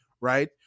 Right